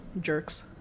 jerks